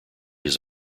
his